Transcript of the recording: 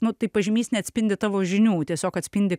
nu tai pažymys neatspindi tavo žinių tiesiog atspindi